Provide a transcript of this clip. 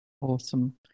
Awesome